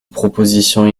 propositions